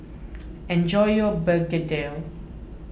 enjoy your Begedil